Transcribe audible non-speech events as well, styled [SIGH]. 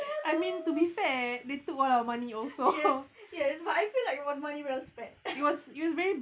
[LAUGHS] yes yes but I feel like it was money well-spent